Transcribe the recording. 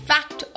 Fact